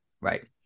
Right